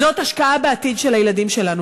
זו השקעה בעתיד של הילדים שלנו.